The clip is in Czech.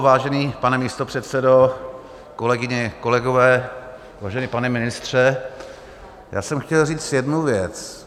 Vážený pane místopředsedo, kolegyně, kolegové, vážený pane ministře, já jsem chtěl říct jednu věc.